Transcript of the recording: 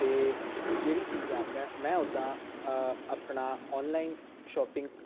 ਅਤੇ ਜਿਹੜੀਆਂ ਚੀਜ਼ਾਂ ਮੈਂ ਮੈਂ ਉਦਾਂ ਅ ਆਪਣਾ ਓਨਲਾਈਨ ਸ਼ੋਪਿੰਗ